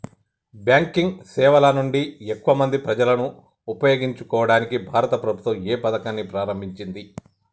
Banking సేవల నుండి ఎక్కువ మంది ప్రజలను ఉపయోగించుకోవడానికి భారత ప్రభుత్వం ఏ పథకాన్ని ప్రారంభించింది?